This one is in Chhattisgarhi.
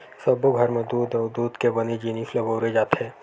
सब्बो घर म दूद अउ दूद के बने जिनिस ल बउरे जाथे